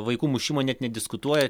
vaikų mušimo net nediskutuojat